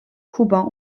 kuba